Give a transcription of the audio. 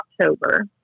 October